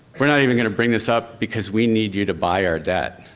we're not even gonna bring this up because we need you to buy our debt.